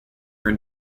were